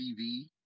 TV